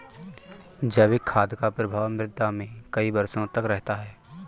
जैविक खाद का प्रभाव मृदा में कई वर्षों तक रहता है